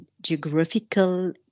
geographical